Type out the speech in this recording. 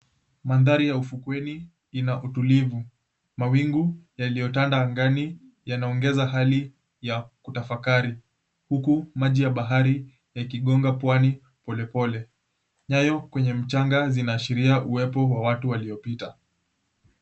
Mandhari ya ufukweni ina utulivu. Mawingu yaliyotanda angani yanaongeza hali ya kutafakari, huku maji ya bahari yakigonga pwani polepole. Nyayo kwenye mchanga zinaashiria uwepo wa watu waliopita.